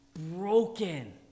broken